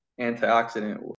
antioxidant